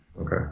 Okay